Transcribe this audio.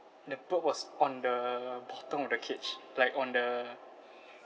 the bird was on the bottom of the cage like on the